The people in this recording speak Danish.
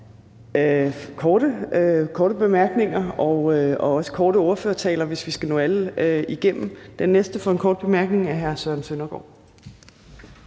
korte bemærkninger og også gerne korte ordførertaler, hvis vi skal nå alle. Den næste for en kort bemærkning er hr. Søren Søndergaard.